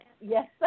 yes